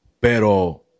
Pero